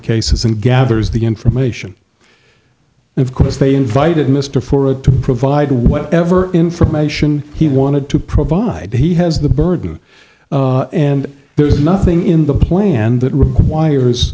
cases and gathers the information of course they invited mr forward to provide whatever information he wanted to provide he has the burden and there's nothing in the play and that requires